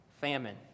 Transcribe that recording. Famine